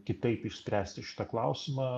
kitaip išspręsti šitą klausimą